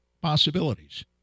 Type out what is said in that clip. possibilities